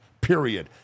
period